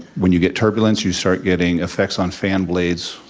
when you get turbulence you start getting effects on fan blades,